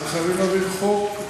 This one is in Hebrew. אז חייבים להעביר חוק?